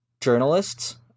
journalists